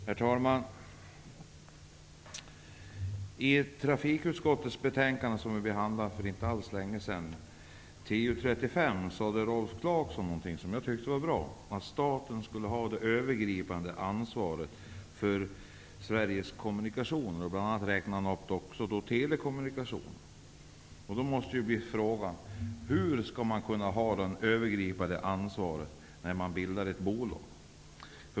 Herr talman! I det betänkande från trafikutskottet som vi behandlade för inte alls länge sedan, TU35, sade Rolf Clarkson något som jag tyckte var bra. Han sade att staten skulle ha det övergripande ansvaret för Sveriges kommunikationer. Han räknade bl.a. upp även telekommunikationerna. Då måste ju frågan bli: Hur skall man kunna ha det övergripande ansvaret när man bildar ett bolag?